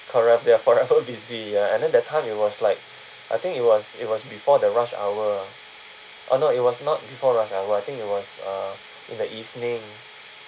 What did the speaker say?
correct they're forever busy ya and then that time it was like I think it was it was before the rush hour oh no it was not before rush hour I think it was uh in the evening